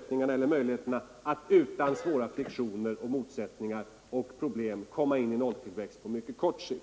utlandet möjligheterna att utan svåra friktioner, motsättningar och problem åstadkomma en nolltillväxt på mycket kort tid.